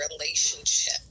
relationship